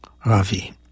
Ravi